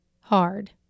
hard